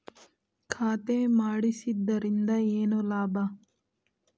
ಖಾತೆ ಮಾಡಿಸಿದ್ದರಿಂದ ಏನು ಲಾಭ?